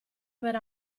per